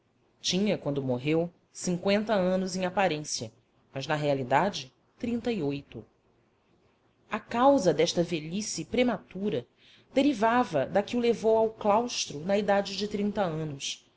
tinha quando morreu cinqüenta anos em aparência mas na realidade trinta e oito a causa desta velhice prematura derivava da que o levou ao claustro na idade de trinta anos